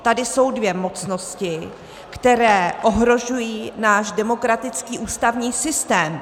Tady jsou dvě mocnosti, které ohrožují náš demokratický ústavní systém.